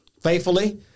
faithfully